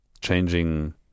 changing